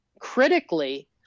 critically